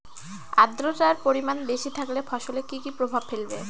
আদ্রর্তার পরিমান বেশি থাকলে ফসলে কি কি প্রভাব ফেলবে?